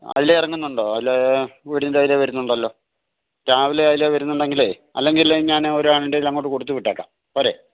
അതിലേ ഇറങ്ങുന്നുണ്ടോ അതിലേ വീടിന്റെ അതിലേ വരുന്നുണ്ടല്ലോ രാവിലെ അതിലെ വരുന്നുണ്ടെങ്കിൽ അല്ലെങ്കിൽ ഞാൻ ഒരാളിന്റെ കയ്യിൽ അങ്ങോട്ട് കൊടുത്ത് വിട്ടേക്കാം പോരെ